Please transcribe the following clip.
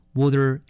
water